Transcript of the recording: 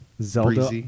Zelda